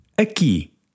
aqui